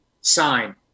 sign